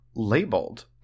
labeled